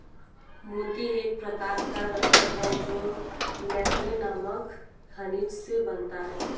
मोती एक प्रकार का रत्न है जो नैक्रे नामक खनिज से बनता है